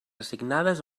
assignades